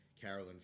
Carolyn